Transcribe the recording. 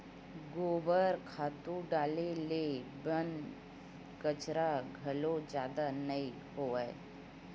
गोबर खातू डारे ले बन कचरा घलो जादा नइ होवय